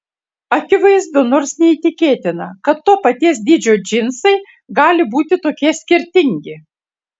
akivaizdu nors neįtikėtina kad to paties dydžio džinsai gali būti tokie skirtingi